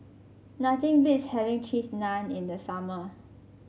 nothing beats having Cheese Naan in the summer